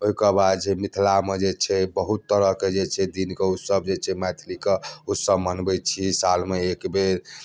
ओहि कऽ बाद छै मिथलामे जे छै बहुत तरह के जे छै विधकऽ उत्सव जे छै मैथलीकऽ उत्सब मनबैत छी सालमे एक बेर